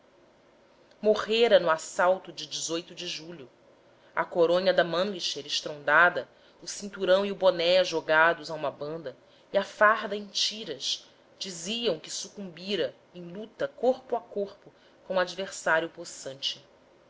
morrera no assalto de de julho a coronha da mannlicher estrondada o cinturão e o boné jogados a uma banda e a farda em tiras diziam que sucumbira em luta corpo a corpo com adversário possante